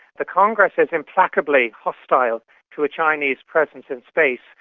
the congress is implacably hostile to a chinese presence in space,